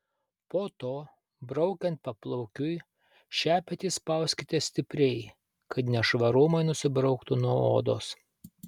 po to braukiant paplaukiui šepetį spauskite stipriai kad nešvarumai nusibrauktų nuo odos